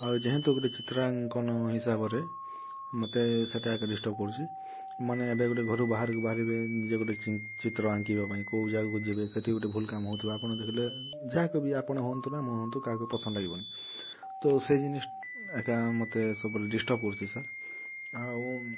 ଆଉ ଯେହେତୁ ଗୋଟେ ଚିତ୍ର ଆଙ୍କନ ହିସାବରେ ମୋତେ ସେଟା ଆକା ଡିଷ୍ଟର୍ବ କରୁଛି ମାନେ ଏବେ ଗୋଟେ ଘରୁ ବାହାରକୁ ବାହାରିବେ ଯେ ଗୋଟେ ଚିତ୍ର ଆଙ୍କିବା ପାଇଁ କେଉଁ ଜାଗାକୁ ଯିବେ ସେଠି ଗୋଟେ ଭୁଲ କାମ ହେଉଥିବ ଆପଣ ଦେଖିଲେ ଯାହାକୁ ବି ଆପଣ ହୁଅନ୍ତୁ ନା ମୁଁ ହୁଅନ୍ତୁ କାହାକୁ ପସନ୍ଦ ଲାଗିବନି ତ ସେଇ ଜିନିଷ ଏକା ମୋତେ ସବୁବେଳେ ଡିଷ୍ଟର୍ବ କରୁଛି ସାର୍ ଆଉ